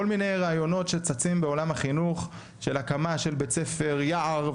כל מיני רעיונות שצצים בעולם החינוך של הקמה של בית ספר יער,